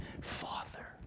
Father